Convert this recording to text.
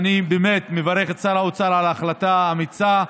אני באמת מברך את שר האוצר על ההחלטה האמיצה,